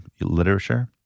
literature